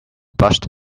blushed